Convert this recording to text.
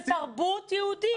זה תרבות יהודית.